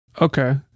Okay